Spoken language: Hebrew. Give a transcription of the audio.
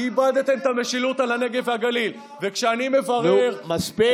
איבדתם את המשילות על הנגב והגליל, נו, מספיק.